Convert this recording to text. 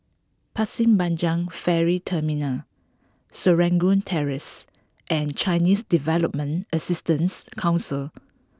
Pasir Panjang Ferry Terminal Serangoon Terrace and Chinese Development Assistance Council